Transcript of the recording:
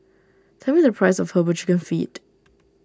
tell me the price of Herbal Chicken Feet